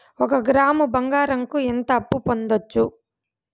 ఒక గ్రాము బంగారంకు ఎంత అప్పు పొందొచ్చు